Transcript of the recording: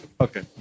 Okay